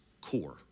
core